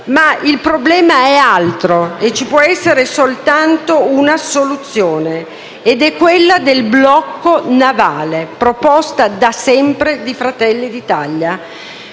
clandestini, ma è altro e ci può essere soltanto una soluzione: quella del blocco navale, proposta da sempre da Fratelli d'Italia.